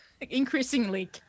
increasingly